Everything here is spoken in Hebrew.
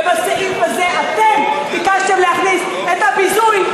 ובסעיף הזה אתם ביקשתם להכניס את הביזוי,